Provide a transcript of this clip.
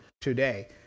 today